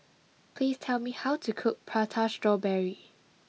please tell me how to cook Prata Strawberry